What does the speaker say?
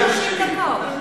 אני מקזזת חמש דקות.